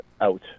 out